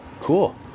Cool